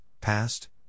Past